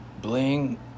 bling